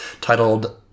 titled